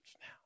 now